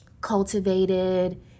cultivated